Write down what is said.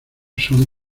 son